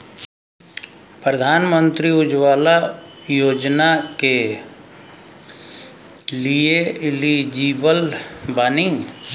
प्रधानमंत्री उज्जवला योजना के लिए एलिजिबल बानी?